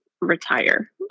retire